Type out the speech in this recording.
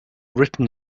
written